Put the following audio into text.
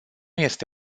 este